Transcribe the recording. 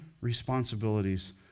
responsibilities